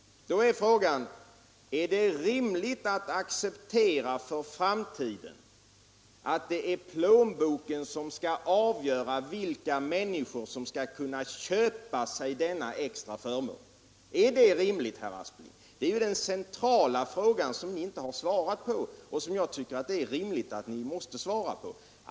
Då är frågan: Är det rimligt, herr Aspling, att för framtiden acceptera att det är plånboken som skall avgöra vilka människor som kan köpa sig denna extra förmån? Detta är ju den centrala fråga som ni inte har svarat på, men som jag tycker att ni rimligen måste svara på.